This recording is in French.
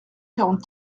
quarante